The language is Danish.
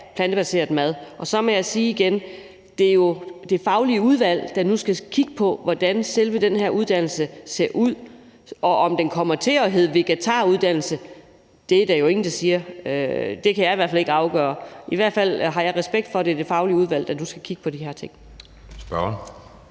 plantebaseret mad. Og så må jeg igen sige, at det jo er det faglige udvalg, der nu skal kigge på, hvordan selve den her uddannelse skal se ud, og at den kommer til at hedde vegetarkokkeuddannelse, er der ingen der siger. Det kan jeg i hvert fald ikke afgøre. I hvert fald har jeg respekt for, at det er det faglige udvalg, der nu skal kigge på de her ting.